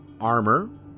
armor